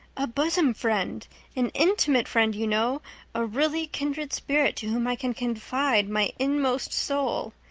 a bosom friend an intimate friend, you know a really kindred spirit to whom i can confide my inmost soul.